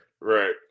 right